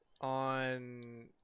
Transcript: On